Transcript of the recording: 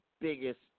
biggest